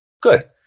good